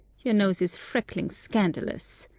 your nose is freckling scandalous.